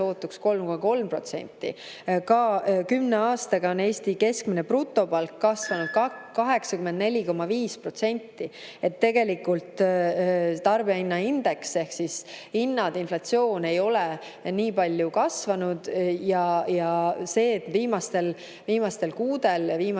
sootuks 3,3%. Kümne aastaga on Eesti keskmine brutopalk kasvanud 84,5%, nii et tegelikult tarbijahinnaindeks ehk hinnad, inflatsioon ei ole nii palju kasvanud. Sellel, et viimastel kuudel ja